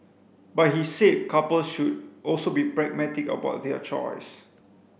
but he said couples should also be pragmatic about their choice